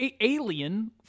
alien